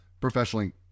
professionally